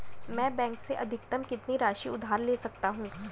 मैं बैंक से अधिकतम कितनी राशि उधार ले सकता हूँ?